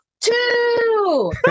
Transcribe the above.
two